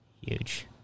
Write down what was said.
Huge